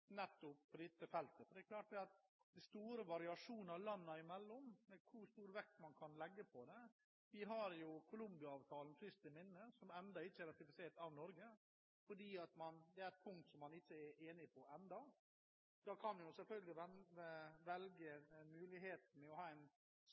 på dette feltet. Det er klart at det er store variasjoner landene imellom om hvor stor vekt man kan legge på dette. Vi har Colombia-avtalen friskt i minne – en avtale som ennå ikke er ratifisert av Norge fordi det der er et punkt man enda ikke er enige om. Da har man selvfølgelig muligheten til å ha en